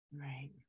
Right